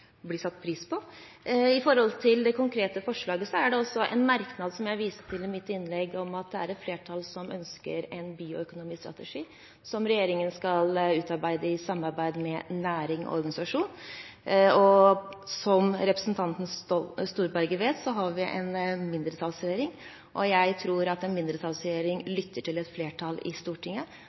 blir satt pris på. Når det gjelder det konkrete forslaget, er det altså en merknad – som jeg viste til i mitt innlegg – om at et flertall ønsker en bioøkonomistrategi, som regjeringen skal utarbeide i samarbeid med næringslivet og organisasjoner. Som representanten Storberget vet, har vi en mindretallsregjering. Jeg tror at en mindretallsregjering lytter til et flertall i Stortinget,